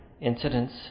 incidents